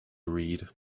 read